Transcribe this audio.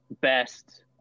best